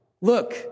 Look